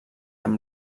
amb